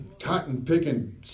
cotton-picking